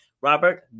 Robert